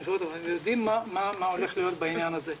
יודעים מה הולך להיות בעניין הזה.